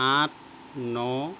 আঠ ন